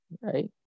right